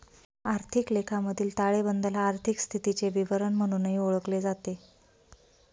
आर्थिक लेखामधील ताळेबंदाला आर्थिक स्थितीचे विवरण म्हणूनही ओळखले जाते